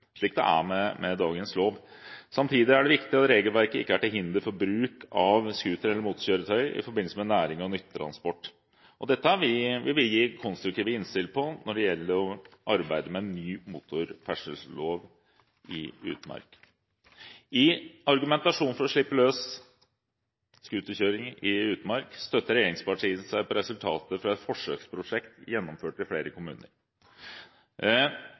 slik det er med dagens lov. Samtidig er det viktig at regelverket ikke er til hinder for bruk av scooter eller motorkjøretøy i forbindelse med nærings- og nyttetransport. Dette vil vi gi konstruktive innspill til når det gjelder å arbeide med en ny motorferdsellov i utmark. I argumentasjonen for å slippe løs scooterkjøring i utmark støtter regjeringspartiene seg på resultater fra et forsøksprosjekt gjennomført i flere kommuner.